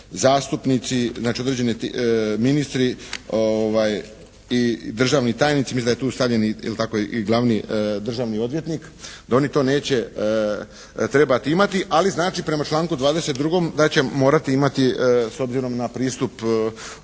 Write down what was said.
zastupnici, znači određeni ministri i državni tajnici. Mislim da je tu stavljen i glavni državni odvjetnik, da oni to neće trebati imati, ali znači prema članku 22. da će morati imati s obzirom na pristup